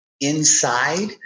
inside